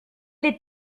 les